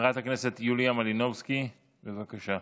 חברת הכנסת יוליה מלינובסקי, בבקשה.